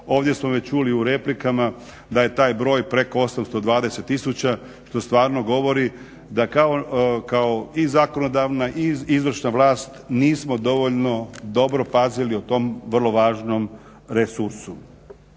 Ovdje smo već čuli u replikama da je taj broj preko 820000 što stvarno govori da kao i zakonodavna i izvršna vlast nismo dovoljno dobro pazili o tom vrlo važnom resursu.